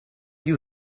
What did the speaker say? you